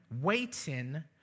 waiting